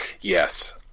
Yes